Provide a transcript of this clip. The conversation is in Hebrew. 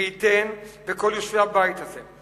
מי ייתן וכל יושבי הבית הזה,